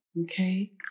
Okay